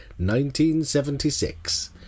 1976